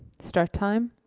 start time.